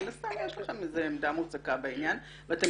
מן הסתם יש לכם עמדה מוצקה בעניין ואתם